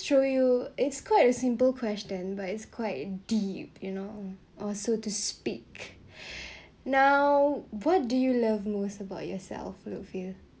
so you it's quite a simple question but it's quite deep you know also to speak now what do you love most about yourself look feel